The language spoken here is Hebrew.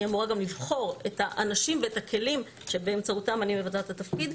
אני אמורה גם לבחור את האנשים ואת הכלים שבאמצעותם אני מבצעת את התפקיד.